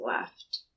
left